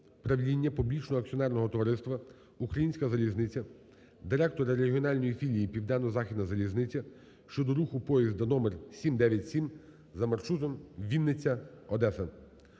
правління публічного акціонерного товариства "Українська залізниця", директора регіональної філії "Південно-Західна залізниця" щодо руху поїзда № 797 за маршрутом Вінниця-Одеса.